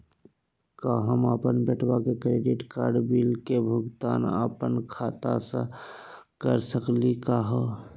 का हम अपन बेटवा के क्रेडिट कार्ड बिल के भुगतान अपन खाता स कर सकली का हे?